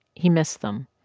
he missed them.